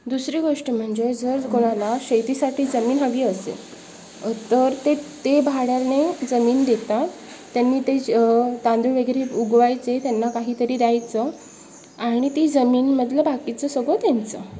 दुसरी गोष्ट म्हणजे जर कोणाला शेतीसाठी जमीन हवी असेल तर ते ते भाड्याने जमीन देतात त्यांनी ते जे तांदूळ वगैरे उगवायचे त्यांना काहीतरी द्यायचं आणि ती जमिनीमधलं बाकीचं सगळं त्यांचं